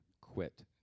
quit